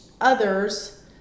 others